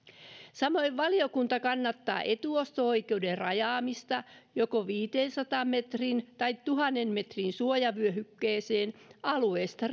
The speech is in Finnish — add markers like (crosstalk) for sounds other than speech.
samoin valiokunta kannattaa etuosto oikeuden rajaamista joko viidensadan metrin tai tuhannen metrin suojavyöhykkeeseen alueesta (unintelligible)